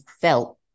felt